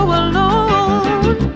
alone